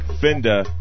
Fender